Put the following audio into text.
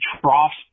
troughs